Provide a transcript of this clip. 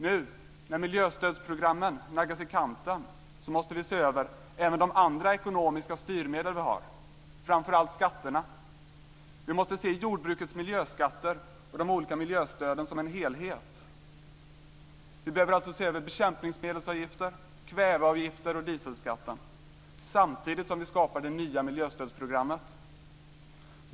Nu när miljöstödsprogrammen naggas i kanten måste vi se över även de andra ekonomiska styrmedel vi har, framför allt skatterna. Vi måste se jordbrukets miljöskatter och de olika miljöstöden som en helhet. Vi behöver se över bekämpningsmedelsavgifter, kväveavgifter och dieselskatten, samtidigt som vi skapar det nya miljöstödsprogrammet.